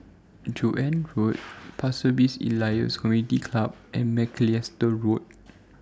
Joan Road Pasir Ris Elias Community Club and Macalister Road